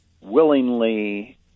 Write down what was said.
willingly